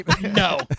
No